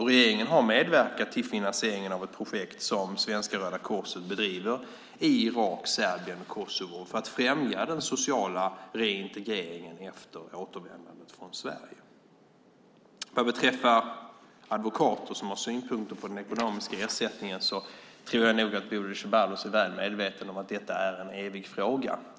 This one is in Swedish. Regeringen har medverkat till finansieringen av ett projekt som Svenska Röda Korset bedriver i Irak, Serbien och Kosovo för att främja den sociala reintegreringen efter återvändandet från Sverige. Vad beträffar advokater som har synpunkter på den ekonomiska ersättningen tror jag nog att Bodil Ceballos är väl medveten om att detta är en evig fråga.